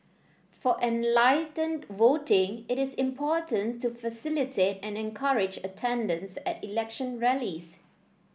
for enlightened voting it is important to facilitate and encourage attendance at election rallies